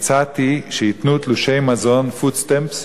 הצעתי שייתנו תלושי מזון, food stamps,